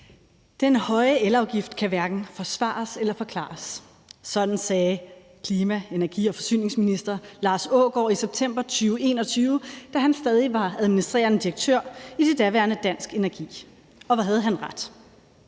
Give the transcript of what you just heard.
»Den høje elafgift kan hverken forsvares eller forklares.« Sådan sagde klima-, energi- og forsyningsministeren i september 2021, da han stadig var administrerende direktør i det daværende Dansk Energi, og hvor havde han ret.